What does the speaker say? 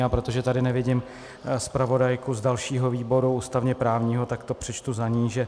A protože tady nevidím zpravodajku z dalšího výboru, ústavněprávního, tak to přečtu za ni.